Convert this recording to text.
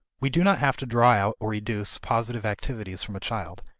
we do not have to draw out or educe positive activities from a child,